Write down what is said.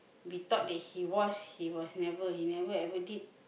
we thought that he was he was never he never ever did